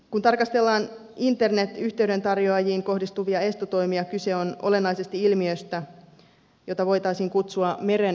kun tarkastellaan internetyhteyden tarjoajiin kohdistuvia estotoimia kyse on olennaisesti ilmiöstä jota voitaisiin kutsua meren patoamiseksi